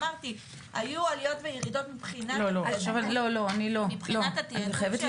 אמרתי, היו עליות וירידות מבחינת התיעדוף של